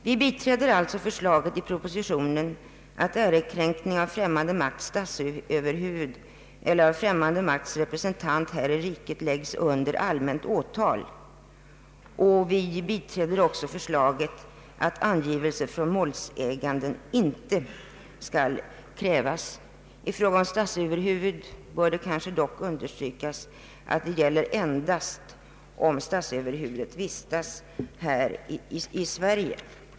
Vi biträder alltså propositionens förslag att ärekränkning av främmande makts statsöverhuvud eller främmande makts representant här i riket läggs under allmänt åtal. Vi biträder också förslaget att angivelse från målsägaren inte skall krävas. I fråga om statsöverhuvud bör det dock understrykas att det gäller endast om statsöverhuvudet vistas här i Sverige.